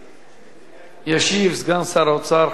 ישיב סגן שר האוצר חבר הכנסת יצחק כהן.